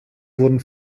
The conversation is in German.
wurden